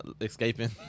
escaping